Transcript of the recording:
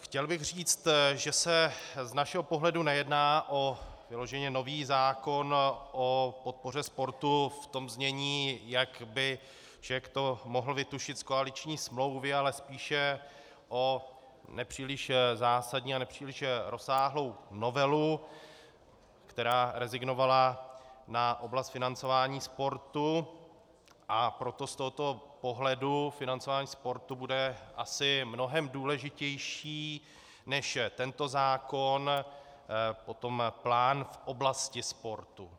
Chtěl bych říct, že se z našeho pohledu nejedná o vyloženě nový zákon o podpoře sportu v tom znění, jak by to člověk mohl vytušit z koaliční smlouvy, ale spíše o nepříliš zásadní a nepříliš rozsáhlou novelu, která rezignovala na oblast financování sportu, a proto z tohoto pohledu financování sportu bude asi mnohem důležitější než tento zákon potom plán v oblasti sportu.